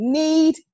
need